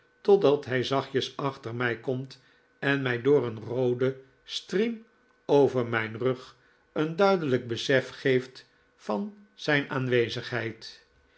totdat hij zachtjes achter mij komt en mij door een roode striem over mijn rug een duidelijk besef geeft van zijn aanwezigheid